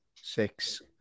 Six